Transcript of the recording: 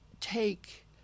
take